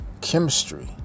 chemistry